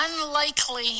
unlikely